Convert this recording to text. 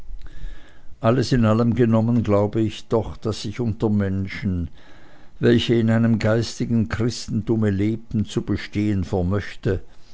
alles in allem genommen glaube ich doch daß ich unter menschen welche in einem geistigen christentum lebten zu bestehen vermöchte